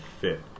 fit